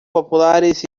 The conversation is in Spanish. populares